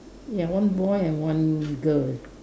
ya one boy and one girl